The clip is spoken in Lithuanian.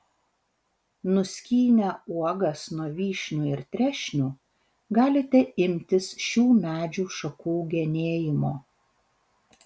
nuskynę uogas nuo vyšnių ir trešnių galite imtis šių medžių šakų genėjimo